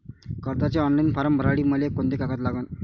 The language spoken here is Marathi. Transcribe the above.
कर्जाचे ऑनलाईन फारम भरासाठी मले कोंते कागद लागन?